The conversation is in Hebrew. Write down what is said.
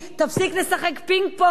תפסיק לשחק פינג-פונג,